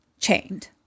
chained